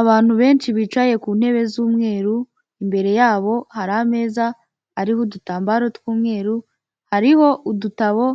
Abantu benshi bicaye ku ntebe z'umweru, imbere yabo hari ameza ariho udutambaro tw'umweru, hariho udutabo